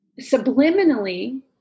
subliminally